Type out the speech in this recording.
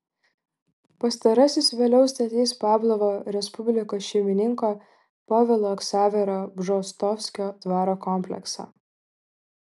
pastarasis vėliau statys pavlovo respublikos šeimininko povilo ksavero bžostovskio dvaro kompleksą